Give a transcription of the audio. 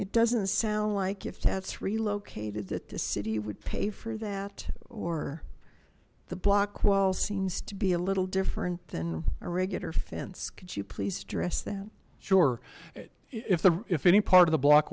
it doesn't sound like if that's relocated that the city would pay for that or the block wall seems to be a little different than a regular fence could you please address that sure if the if any part of the block